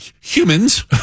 humans